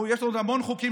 יש לנו עוד המון חוקים,